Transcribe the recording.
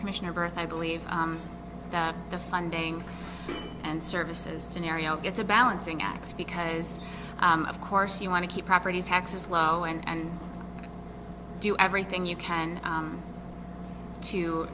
commissioner birth i believe that the funding and services scenario it's a balancing act because of course you want to keep property taxes low and do everything you can